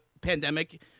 pandemic